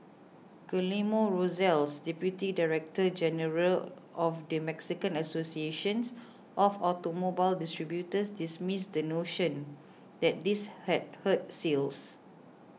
Guillermo Rosales Deputy Director General of the Mexican associations of Automobile Distributors dismissed the notion that this had hurt sales